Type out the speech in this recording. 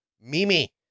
Mimi